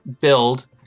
build